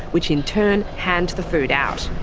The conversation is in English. which in turn hand the food out.